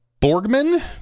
borgman